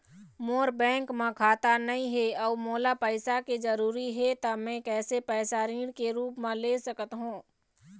मोर bank म खाता नई हे अउ मोला पैसा के जरूरी हे त मे कैसे पैसा ऋण के रूप म ले सकत हो?